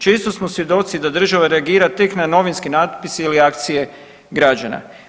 Često smo svjedoci da država reagira tek na novinske natpise ili akcije građana.